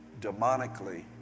demonically